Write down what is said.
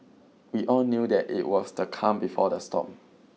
we all knew that it was the calm before the storm